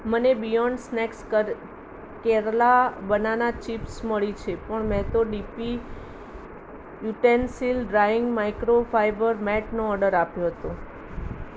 મને Beyond Snack કર Kerala banana chips મળી છે પણ મેં તો ડીપી યુટેન્સીલ્સ ડ્રાયિંગ માઈક્રોફાઈબર મેટનો ઓર્ડર આપ્યો હતો